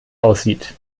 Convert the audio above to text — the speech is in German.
aussieht